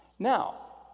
Now